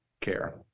Care